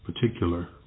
particular